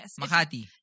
Makati